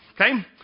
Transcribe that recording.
Okay